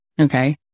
Okay